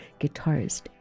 guitarist